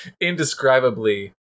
indescribably